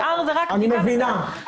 אני מבינה.